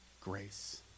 grace